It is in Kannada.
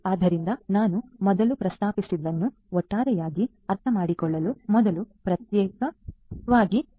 ಆದ್ದರಿಂದ ನಾನು ಮೊದಲು ಪ್ರಸ್ತಾಪಿಸಿದ್ದನ್ನು ಒಟ್ಟಾರೆಯಾಗಿ ಅರ್ಥಮಾಡಿಕೊಳ್ಳಲು ಮೊದಲು ಪ್ರಯತ್ನಿಸೋಣ ಎಂದು ಹೇಳಿದ ನಂತರ